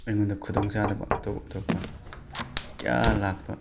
ꯑꯩꯉꯣꯟꯗ ꯈꯨꯗꯣꯡ ꯆꯥꯗꯕ ꯑꯇꯣꯞ ꯑꯇꯣꯞꯄ ꯀꯌꯥ ꯂꯥꯛꯄ